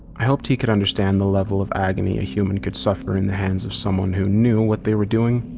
i hoped he could understand the level of agony a human could suffer in the hands of someone who knew what they were doing.